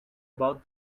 about